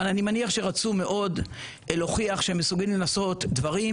אבל אני מניח שרצו מאוד להוכיח שהם מסוגלים לעשות דברים